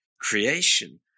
creation